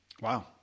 Wow